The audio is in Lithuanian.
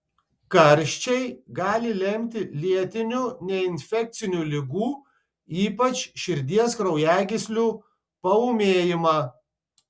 karščiai gali lemti lėtinių neinfekcinių ligų ypač širdies kraujagyslių paūmėjimą